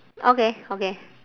okay okay